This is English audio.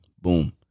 Boom